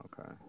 Okay